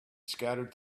scattered